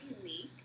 unique